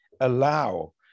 allow